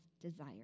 desire